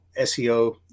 SEO